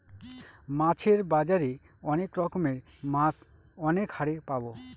মাছের বাজারে অনেক রকমের মাছ অনেক হারে পাবো